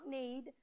need